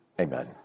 amen